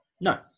no